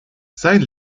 sein